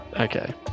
Okay